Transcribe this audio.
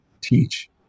teach